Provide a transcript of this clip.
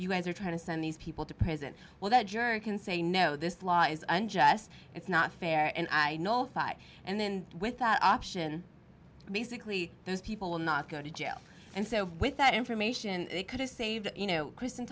you guys are trying to send these people to prison well the jury can say no this law is unjust it's not fair and i know five and then with that option basically those people will not go to jail and so with that information they could have saved you know krist